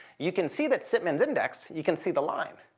you can see that sipman's indexed. you can see the line.